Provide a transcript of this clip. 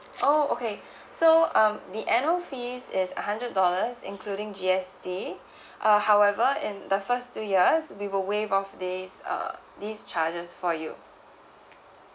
oh okay so um the annual fees is a hundred dollars including G_S_T uh however and the first two years we will waive off this uh this charges for you